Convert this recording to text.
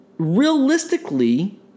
realistically